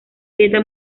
dieta